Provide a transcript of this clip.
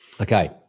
Okay